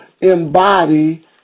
embody